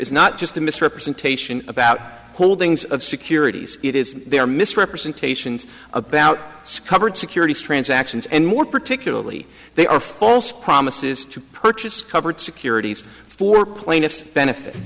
is not just a misrepresentation about holdings of securities it is their misrepresentations about covered securities transactions and more particularly they are false promises to purchase covered securities for plaintiffs benefit